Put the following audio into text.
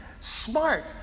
smart